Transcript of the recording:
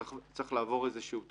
צריך לעבור איזשהו תהליך,